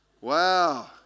Wow